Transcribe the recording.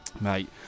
mate